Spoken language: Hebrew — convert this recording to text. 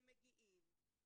שמגיעים